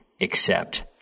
accept